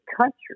country